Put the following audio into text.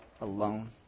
alone